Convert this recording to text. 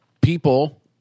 people